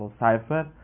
cipher